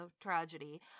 tragedy